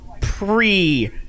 pre